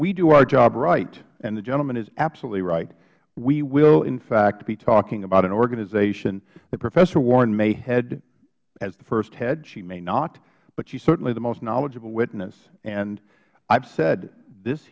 we do our job right and the gentleman is absolutely righth we will in fact be talking about an organization that professor warren may head as the first head she may not but she is certainly the most knowledgeable witness and i have said this